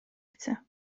chcę